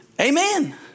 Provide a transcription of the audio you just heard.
Amen